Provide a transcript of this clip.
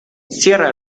cierra